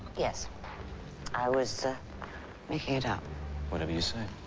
yes i was making it up whatever you say.